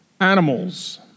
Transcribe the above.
animals